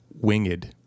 winged